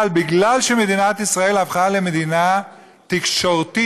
אבל מכיוון שמדינת ישראל הפכה למדינה תקשורתית-פוליטית-משטרתית,